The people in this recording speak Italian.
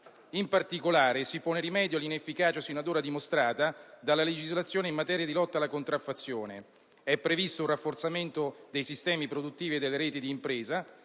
In particolare, si pone rimedio all'inefficacia sinora dimostrata dalla legislazione in materia di lotta alla contraffazione. È previsto un rafforzamento dei sistemi produttivi e delle reti d'impresa,